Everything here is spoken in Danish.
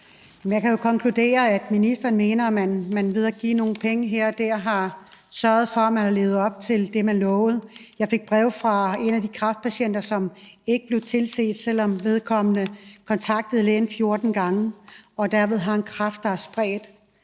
Jeg kan jo konkludere, at ministeren mener, at man ved at give nogle penge her og dér har sørget for, at man har levet op til det, man har lovet. Jeg fik et brev fra en af de kræftpatienter, som ikke blev tilset, selv om vedkommende kontaktede lægen 14 gange, og derved har en kræft, der har spredt